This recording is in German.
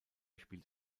spielt